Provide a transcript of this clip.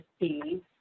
see